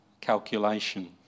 calculation